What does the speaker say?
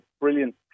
brilliant